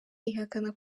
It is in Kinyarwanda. ihakana